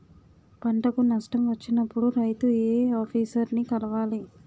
పంటకు నష్టం వచ్చినప్పుడు రైతు ఏ ఆఫీసర్ ని కలవాలి?